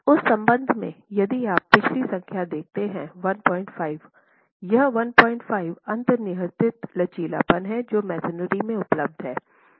उस संबंध में यदि आप पिछली संख्या देखते हैं 15 यह 15 अंतर्निहित लचीलापन है जो मैसनरी में उपलब्ध है